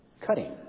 cutting